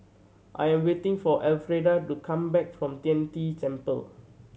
I am waiting for Elfrieda to come back from Tian De Temple